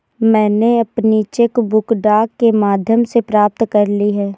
मैनें अपनी cheque book डाक के माध्यम से प्राप्त कर ली है